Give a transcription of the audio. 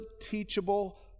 teachable